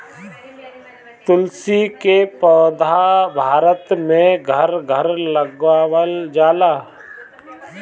तुलसी के पौधा भारत में घर घर लगावल जाला